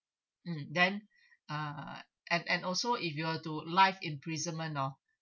mm then uh and and also if you are to life imprisonment oh